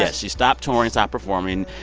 yeah she stopped touring, stopped performing.